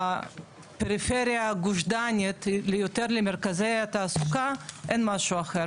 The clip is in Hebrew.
הפריפריה הגוש דנית ליותר למרכזי התעסוקה אין משהו אחר,